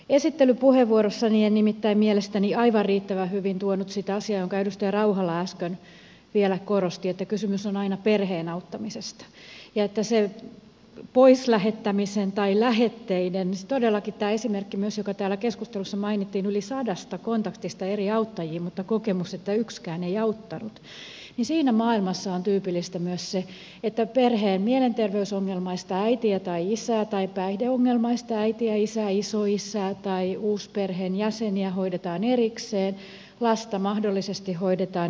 esittelypuheenvuorossani en nimittäin mielestäni aivan riittävän hyvin tuonut esiin sitä asiaa jota edustaja rauhala äsken vielä korosti että kysymys on aina perheen auttamisesta ja että siinä pois lähettämisen tai lähetteiden maailmassa todellakin tämä esimerkki myös joka täällä keskustelussa mainittiin yli sadasta kontaktista eri auttajiin mutta kokemus että yksikään ei auttanut on tyypillistä myös se että perheen mielenterveysongelmaista äitiä tai isää tai päihdeongelmaista äitiä isää isoisää tai uusperheen jäseniä hoidetaan erikseen ja lasta mahdollisesti hoidetaan erikseen